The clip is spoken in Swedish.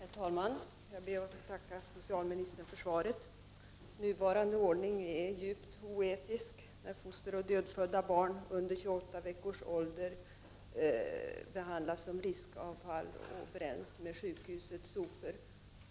Herr talman! Jag ber att få tacka socialministern för svaret. Den nuvarande ordningen är djupt oetiskt, eftersom foster och dödfödda barn under 28 veckors ålder behandlas som riskavfall och bränns tillsammans med sjukhusets sopor.